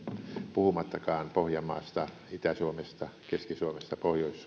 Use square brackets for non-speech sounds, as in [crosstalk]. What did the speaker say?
puhumattakaan pohjanmaasta itä suomesta keski suomesta pohjois [unintelligible]